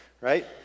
right